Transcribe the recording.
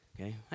okay